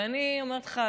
ואני אומרת לך,